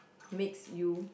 makes you